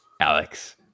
Alex